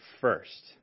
first